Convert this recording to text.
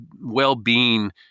well-being